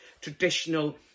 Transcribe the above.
traditional